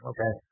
Okay